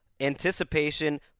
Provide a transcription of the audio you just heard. anticipation